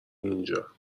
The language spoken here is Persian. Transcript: اینجا